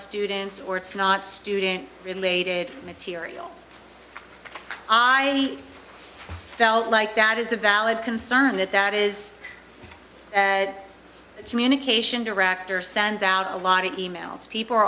students or it's not student related material i felt like that is a valid concern that that is communication director sends out a lot of e mails people are